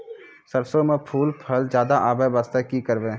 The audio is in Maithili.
सरसों म फूल फल ज्यादा आबै बास्ते कि करबै?